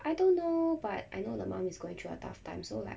I don't know but I know the mum is going through a tough time so like